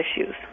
issues